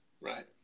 Right